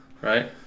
Right